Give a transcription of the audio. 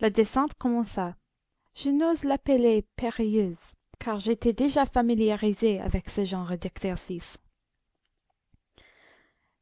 la descente commença je n'ose l'appeler périlleuse car j'étais déjà familiarisé avec ce genre d'exercice